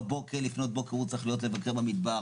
בבוקר ולפנות בוקר הוא צריך לבקר במטבח